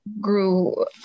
grew